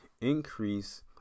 increase